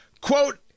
quote